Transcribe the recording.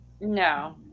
No